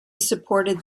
supported